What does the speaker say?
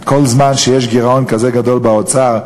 כל זמן שיש גירעון כזה גדול באוצר,